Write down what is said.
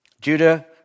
Judah